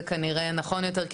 זה כנראה נכון יותר,